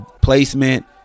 placement